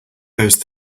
those